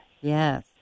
Yes